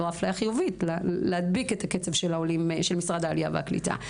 לא אפליה חיובית אלא להדביק את הקצב של משרד העלייה והקליטה.